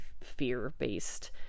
fear-based